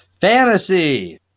Fantasy